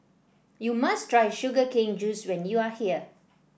you must try Sugar Cane Juice when you are here